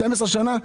12 שנה?